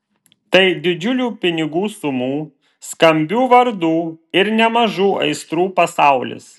tai didžiulių pinigų sumų skambių vardų ir nemažų aistrų pasaulis